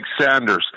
Sanders